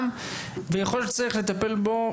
ויכול להיות שצריך לטפל בו.